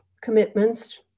commitments